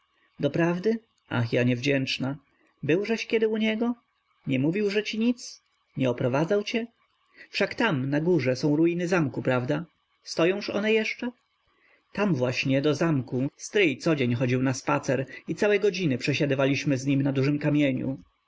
doprawdy ach ja niewdzięczna byłżeś kiedy u niego nie mówiłże ci nic nie oprowadzał cię wszakże tam na górze są ruiny zamku prawda stojąż one jeszcze tam właśnie do zamku stryj codzień chodził na spacer i całe godziny przesiadywaliśmy z nim na dużym kamieniu